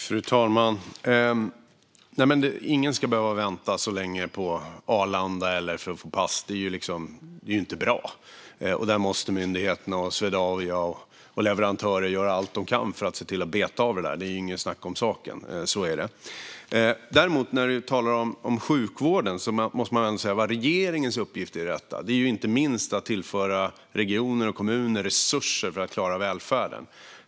Fru talman! Ingen ska behöva vänta så länge på Arlanda eller på att få pass. Det är inte bra. Myndigheterna, Swedavia och leverantörer måste göra allt de kan för att se till att beta av detta. Det är inget snack om saken. Så är det. När du talar om sjukvården måste man ändå säga vad regeringens uppgift i detta är. Den är inte minst att tillföra regioner och kommuner resurser för att man ska klara välfärden.